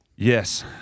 Yes